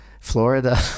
Florida